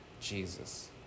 Jesus